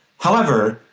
however,